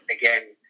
again